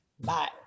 Bye